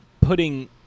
putting